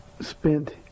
spent